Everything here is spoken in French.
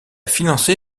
financé